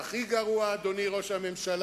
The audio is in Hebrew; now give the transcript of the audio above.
והכי גרוע, אדוני ראש הממשלה,